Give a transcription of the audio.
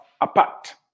apart